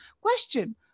question